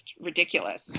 ridiculous